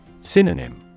Synonym